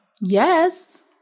Yes